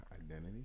identity